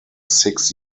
six